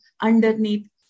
underneath